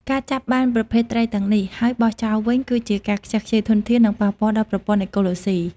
ការចាប់បានប្រភេទសត្វទាំងនេះ ហើយបោះចោលវិញ គឺជាការខ្ជះខ្ជាយធនធាន និងប៉ះពាល់ដល់ប្រព័ន្ធអេកូឡូស៊ី។